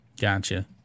Gotcha